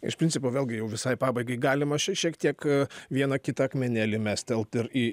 iš principo vėlgi jau visai pabaigai galima šiek tiek vieną kitą akmenėlį mestelt ir į